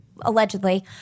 allegedly